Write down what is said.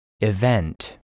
Event